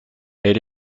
elle